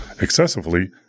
excessively